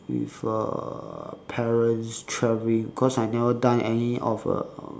with uh parents traveling cause I've never done any of uh